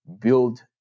build